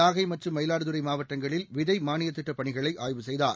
நாகை மற்றும் மயிலாடுதுறை மாவட்டங்களில் விதை மானிய திட்டப் பணிகளை ஆய்வு செய்தார்